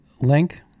link